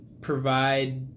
provide